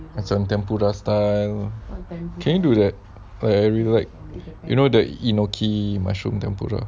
macam tempura style can you do that I really like you know the enoki mushroom tempura